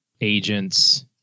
agents